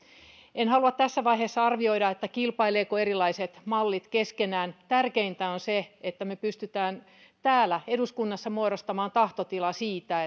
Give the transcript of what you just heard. en halua tässä vaiheessa arvioida kilpailevatko erilaiset mallit keskenään tärkeintä on se että me pystymme täällä eduskunnassa muodostamaan tahtotilan siitä